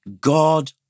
God